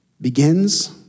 begins